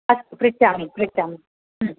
अस्तु पृच्छामि पृच्छामि